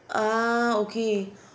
ah okay